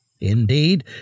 Indeed